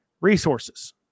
resources